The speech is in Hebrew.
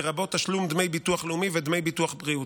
לרבות תשלום דמי ביטוח לאומי ודמי ביטוח בריאות.